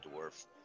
dwarf